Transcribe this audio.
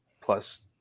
plus